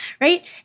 right